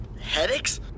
headaches